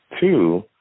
Two